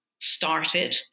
started